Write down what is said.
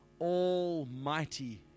almighty